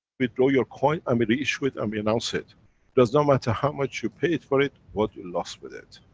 withdraw your coin and we reissue it and we announce it does not matter how much you paid for it, what you lost with it,